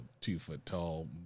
two-foot-tall